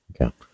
Okay